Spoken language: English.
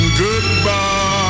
goodbye